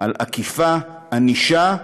על אכיפה, ענישה,